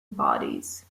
bodies